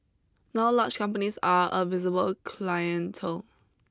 now large companies are a visible clientele